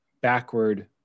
backward